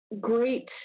great